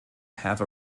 have